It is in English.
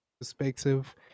perspective